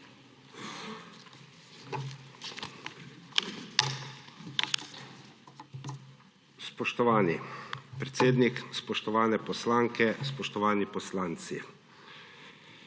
Spoštovani predsednik, spoštovane poslanke, spoštovani poslanci!